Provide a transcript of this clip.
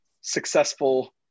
successful